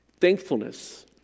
Thankfulness